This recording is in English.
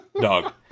Dog